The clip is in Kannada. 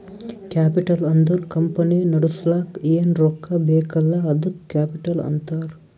ಕ್ಯಾಪಿಟಲ್ ಅಂದುರ್ ಕಂಪನಿ ನಡುಸ್ಲಕ್ ಏನ್ ರೊಕ್ಕಾ ಬೇಕಲ್ಲ ಅದ್ದುಕ ಕ್ಯಾಪಿಟಲ್ ಅಂತಾರ್